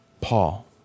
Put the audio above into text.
Paul